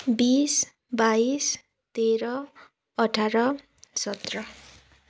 बिस बाइस तेह्र अठार सत्र